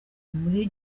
muri